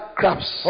crabs